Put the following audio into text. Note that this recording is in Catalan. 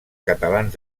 catalans